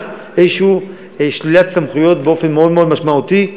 איזו שלילת סמכויות באופן מאוד מאוד משמעותי,